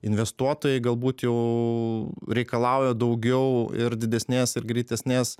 investuotojai galbūt jau reikalauja daugiau ir didesnės ir greitesnės